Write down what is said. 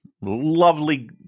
lovely